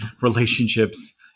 relationships